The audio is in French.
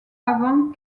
avant